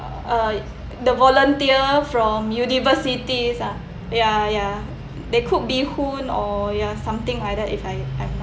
uh the volunteer from universities ah ya ya they cook bee hoon or ya something like that if I'm not